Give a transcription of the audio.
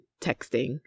texting